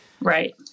Right